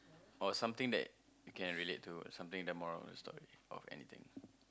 or something that you can relate to something the moral of the story or anything